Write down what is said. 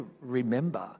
remember